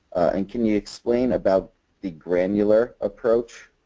and can you explain about the granular approach?